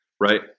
Right